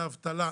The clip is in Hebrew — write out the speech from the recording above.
לאבטלה,